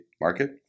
market